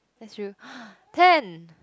is real ten